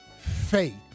Faith